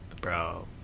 Bro